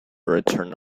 return